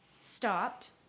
stopped